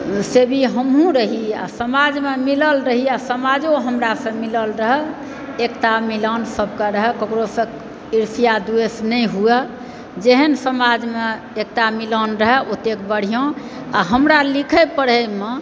सेवी हमहुँ रही आओर समाजमे मिलल रही आओर समाजो हमरासँ मिलल रहै एकता मिलान सबके रहै ककरोसँ ईर्ष्या द्वेष नहि होइ जेहन समाजमे एकता मिलान रहै ओतेक बढ़िआँ आओर हमरा लिखै पढ़ैमे